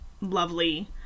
lovely